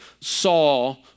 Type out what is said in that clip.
Saul